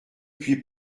puis